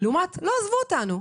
לעומת לא, עזבו אותנו.